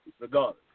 regardless